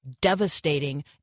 devastating